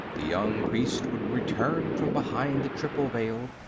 the young priest would return from behind the triple veil,